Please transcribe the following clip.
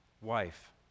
wife